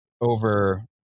over